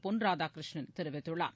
பொன் ராதாகிருஷ்ணன் தெரிவித்துள்ளார்